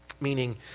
Meaning